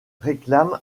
réclame